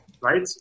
right